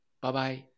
Bye-bye